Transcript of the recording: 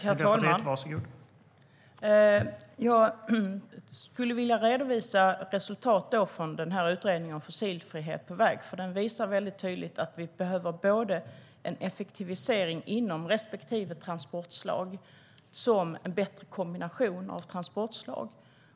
Herr talman! Jag skulle vilja redovisa resultat från utredningen Fossilfrihet på väg , för den visar mycket tydligt att vi behöver både en effektivisering inom respektive transportslag och en bättre kombination av transportslag.